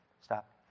Stop